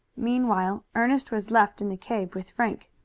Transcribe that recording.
meanwhile ernest was left in the cave with frank.